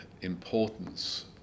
importance